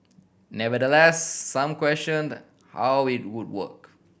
nevertheless some questioned how it would work